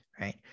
right